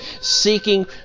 seeking